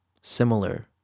similar